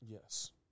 yes